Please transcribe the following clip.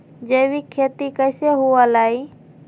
जैविक खेती कैसे हुआ लाई?